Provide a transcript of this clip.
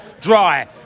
dry